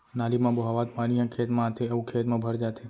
नाली म बोहावत पानी ह खेत म आथे अउ खेत म भर जाथे